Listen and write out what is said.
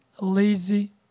lazy